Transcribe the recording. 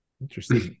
Interesting